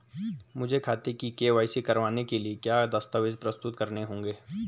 मुझे खाते की के.वाई.सी करवाने के लिए क्या क्या दस्तावेज़ प्रस्तुत करने होंगे?